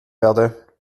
werde